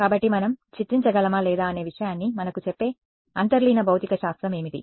కాబట్టి మనం చిత్రించగలమా లేదా అనే విషయాన్ని మనకు చెప్పే అంతర్లీన భౌతిక శాస్త్రం ఏమిటి